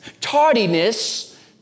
tardiness